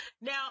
Now